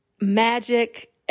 magic